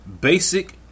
Basic